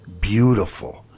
beautiful